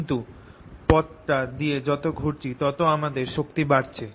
কিন্তু পথটা দিয়ে যত ঘুরছি তত আমাদের শক্তি বাড়ছে